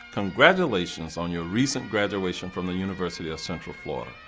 congratulations on your recent graduation from the university of central florida.